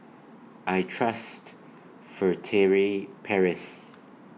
I Trust Furtere Paris